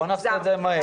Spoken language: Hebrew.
בואו נעשה את זה מהר.